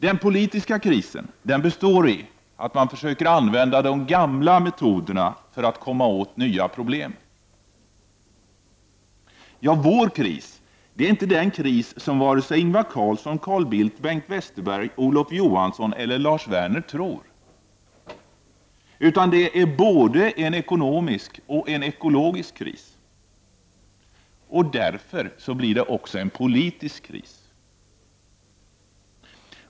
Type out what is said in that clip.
Den politiska krisen består i att man använder de gamla metoderna för att komma åt nya problem. Vår kris är inte den kris som vare sig Ingvar Carlsson, Carl Bildt, Bengt Westerberg, Olof Johansson eller Lars Werner tror, utan det är både en ekonomisk och en ekologisk kris, och därför blir det också en politisk kris.